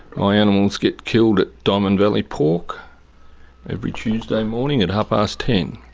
my animals get killed at diamond valley pork every tuesday morning at half past ten.